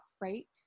right